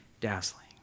dazzling